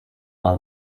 are